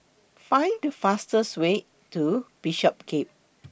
Find The fastest Way to Bishopsgate